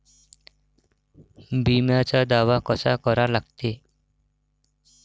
बिम्याचा दावा कसा करा लागते?